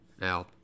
Now